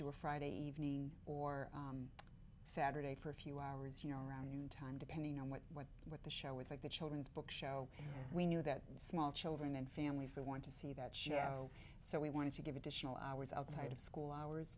do a friday evening or saturday for a few hours you know around noon time depending on what what what the show was like the children's book show we knew that small children and families we want to see that show so we wanted to give additional hours outside of school hours